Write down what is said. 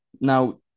Now